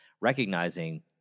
recognizing